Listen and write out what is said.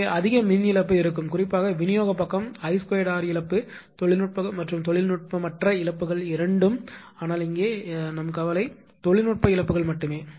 எனவே அதிக மின் இழப்பு இருக்கும் குறிப்பாக விநியோகப் பக்கம் I2r இழப்பு தொழில்நுட்ப மற்றும் தொழில்நுட்பமற்ற இழப்புகள் இரண்டும் ஆனால் இங்கே எங்கள் கவலை தொழில்நுட்ப இழப்புகள் மட்டுமே